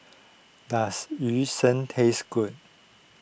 does Yu Sheng taste good